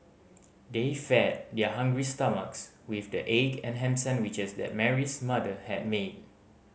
they fed their hungry stomachs with the egg and ham sandwiches that Mary's mother had made